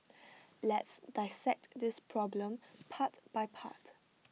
let's dissect this problem part by part